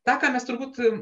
tą ką mes turbūt